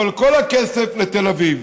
אבל כל הכסף, לתל אביב.